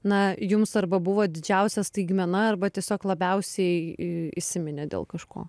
na jums arba buvo didžiausia staigmena arba tiesiog labiausiai įsiminė dėl kažko